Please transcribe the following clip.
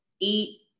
eat